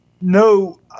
no